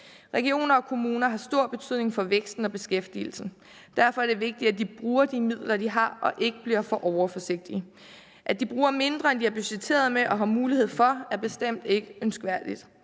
Regioner og kommuner har stor betydning for væksten og beskæftigelsen. Derfor er det vigtigt, at de bruger de midler, de har, og ikke bliver for overforsigtige. At de bruger mindre, end de har budgetteret med og har mulighed for, er bestemt ikke ønskværdigt.